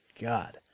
god